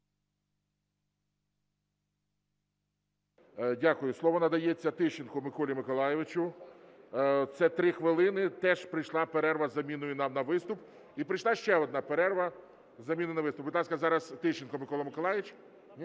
Дякую. Слово надається Тищенку Миколі Миколайовичу, це 3 хвилини. Теж прийшла перерва із заміною на вступ. І прийшла ще одна перерва із заміною на виступ. Будь ласка, зараз Тищенко Микола Миколайович…